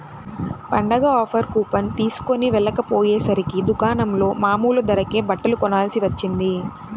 పండగ offer coupon తీస్కొని వెళ్ళకపొయ్యేసరికి దుకాణంలో మామూలు ధరకే బట్టలు కొనాల్సి వచ్చింది